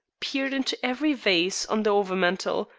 peered into every vase on the over-mantel,